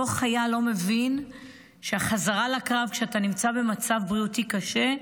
אותו חייל לא מבין שהחזרה לקרב כשאתה נמצא במצב בריאותי קשה,